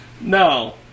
No